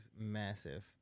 massive